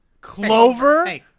Clover